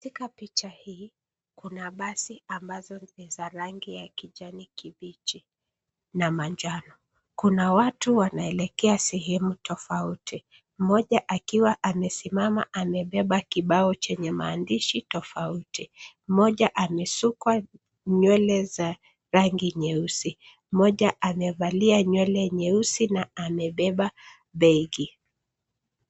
Katika picha hii, kuna basi ambazo ni za rangi ya kijani kibichi na manjano. Kuna watu wanaelekea sehemu tofauti, mmoja akiwa amesimama amebeba kibao chenye maandishi tofauti. Mmoja amesukwa nywele za rangi nyeusi. Mmoja amevalia nywele nyeusi na amebeba begi.